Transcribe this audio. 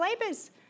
labors